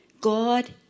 God